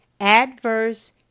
Adverse